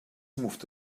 moved